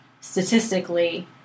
statistically